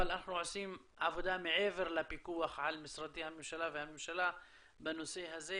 אבל אנחנו עושים עבודה מעבר לפיקוח על משרדי הממשלה והממשלה בנושא הזה,